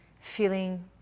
feeling